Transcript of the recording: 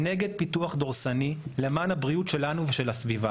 נגד פיתוח דורסני למען הבריאות שלנו ושל הסביבה?